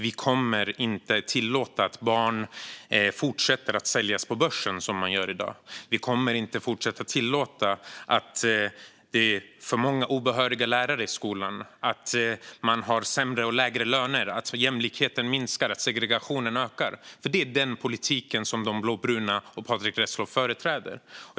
Vi kommer inte att tillåta att barn fortsätter att säljas på börsen, som i dag. Vi kommer inte att tillåta att det är för många obehöriga lärare i skolan, att man har sämre och lägre löner, att jämlikheten minskar och att segregationen ökar. Det är den politiken som de blåbruna och Patrick Reslow företräder.